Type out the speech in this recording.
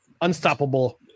unstoppable